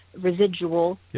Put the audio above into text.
residual